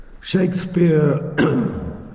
Shakespeare